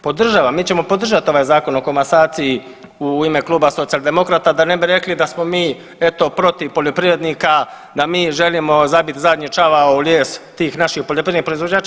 Podržavam, mi ćemo podržati ovaj Zakon o komasaciji u ime kluba Socijaldemokrata da ne bi rekli da smo mi eto protiv poljoprivrednika, da mi želimo zabiti zadnji čavao u lijes tih naših poljoprivrednih proizvođača.